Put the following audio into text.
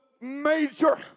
major